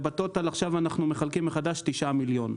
ובטוטאל אנחנו מחלקים עכשיו מחדש 9 מיליון.